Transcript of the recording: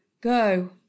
go